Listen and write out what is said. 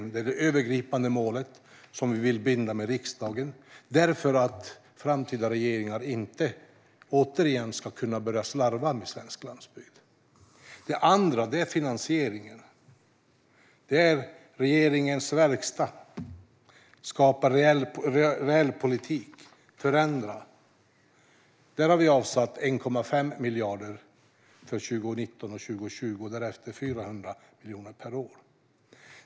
Det ena är det övergripande målet som vi vill binda med riksdagen för att framtida regeringar inte åter ska kunna börja slarva med svensk landsbygd. Det andra är finansieringen, regeringens verkstad för att skapa reell politik och förändra. Här har vi avsatt 1,5 miljarder för 2019 och 2020, och därefter 400 miljoner per år.